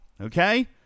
Okay